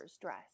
dress